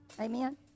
Amen